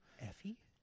Effie